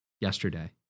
Yesterday